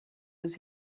does